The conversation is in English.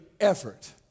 effort